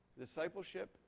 Discipleship